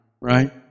right